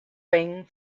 ring